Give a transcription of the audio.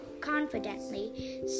confidently